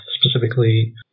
specifically